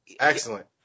Excellent